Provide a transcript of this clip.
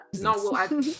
No